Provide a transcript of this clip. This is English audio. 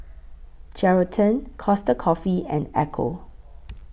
Geraldton Costa Coffee and Ecco